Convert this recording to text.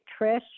trish